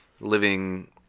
living